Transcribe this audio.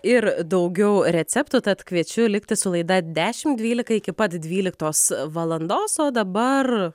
ir daugiau receptų tad kviečiu likti su laida dešimt dvylika iki pat dvyliktos valandos o dabar